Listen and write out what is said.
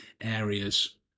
areas